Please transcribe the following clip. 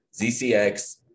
ZCX